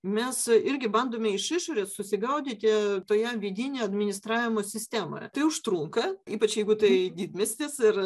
mes irgi bandome iš išorės susigaudyti toje vidinio administravimo sistemoje tai užtrunka ypač jeigu tai didmiestis ir